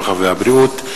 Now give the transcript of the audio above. הרווחה והבריאות.